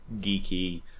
geeky